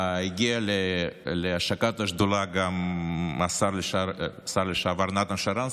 הגיע להשקת השדולה גם השר לשעבר נתן שרנסקי,